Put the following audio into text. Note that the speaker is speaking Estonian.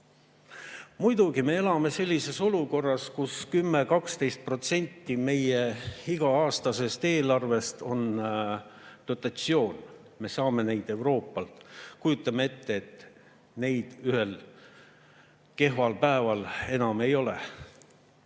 Muidugi, me elame sellises olukorras, kus 10–12% meie iga-aastasest eelarvest on dotatsioon, me saame seda Euroopalt. Kujutame ette, et seda ühel kehval päeval enam ei ole.